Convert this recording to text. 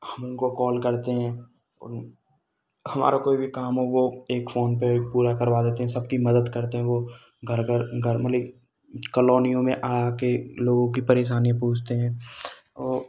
हम उनको कॉल करते हैं और उन हमारा कोई भी काम हो वह एक फ़ोन पर पूरा करवा देते हैं सबकी मदद करते हैं वह घर घर घर मलि कलोनियों में आ आकर लोगों की परेशानी पूछते हैं ओ